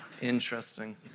Interesting